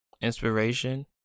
inspiration